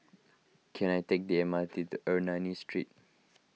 can I take the M R T to Ernani Street